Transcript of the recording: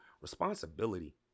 responsibility